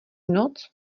noc